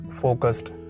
focused